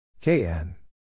Kn